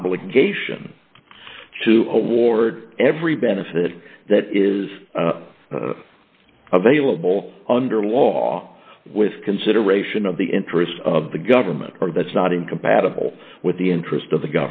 obligation to award every benefit that is available under law with consideration of the interests of the government that's not incompatible with the interest of the